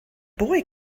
boy